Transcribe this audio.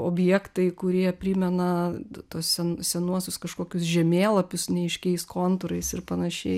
objektai kurie primena tuos sen senuosius kažkokius žemėlapius neaiškiais kontūrais ir panašiai